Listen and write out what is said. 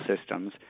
systems